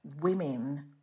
women